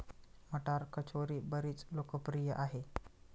मटार कचोरी बरीच लोकप्रिय आहे